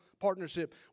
partnership